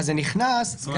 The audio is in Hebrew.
זה יותר מדי.